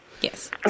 Yes